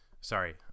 Sorry